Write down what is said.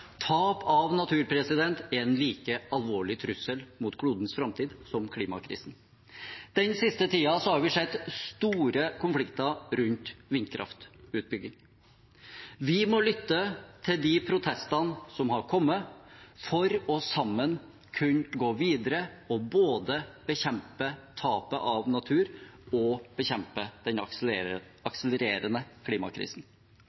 Tap av natur er en like alvorlig trussel mot klodens framtid som klimakrisen. Den siste tiden har vi sett store konflikter rundt vindkraftutbygging. Vi må lytte til de protestene som har kommet, for sammen å kunne gå videre og bekjempe både tapet av natur og den